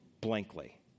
blankly